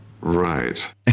Right